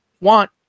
want